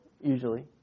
usually